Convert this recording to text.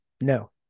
No